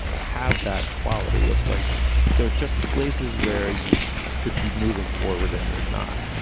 have that quality of like they're just places where you could be moving forward and you're not.